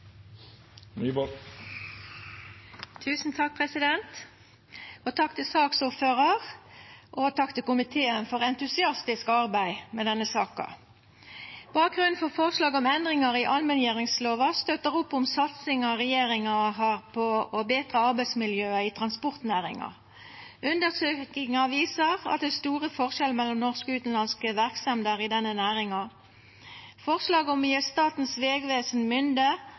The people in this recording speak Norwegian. og komiteen for entusiastisk arbeid med denne saka. Bakgrunnen for forslaget om endringar i allmenngjeringslova støttar opp om satsinga regjeringa har på å betra arbeidsmiljøet i transportnæringa. Undersøkingar viser at det er store forskjellar mellom norske og utanlandske verksemder i denne næringa. Forslaget om å gje Statens vegvesen mynde